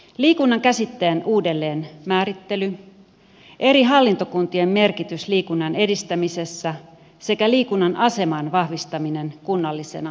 liikunnan käsitteen uudelleenmäärittely eri hallintokuntien merkitys liikunnan edistämisessä sekä liikunnan aseman vahvistaminen kunnallisena peruspalveluna